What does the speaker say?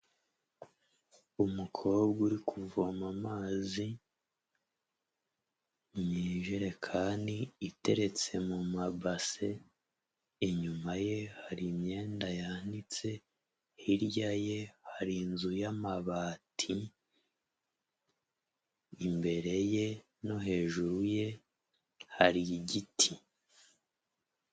Umukobwa uri kuvoma amazi mu ijerekani iteretse mu mabase, inyuma ye hari imyenda yanitse, hirya ye hari inzu y'amabati, imbere ye no hejuru ye hari igiti.